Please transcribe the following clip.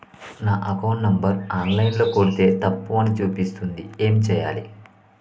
నా account number online ల కొడ్తే తప్పు అని చూపిస్తాంది ఏం చేయాలి?